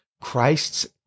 Christ's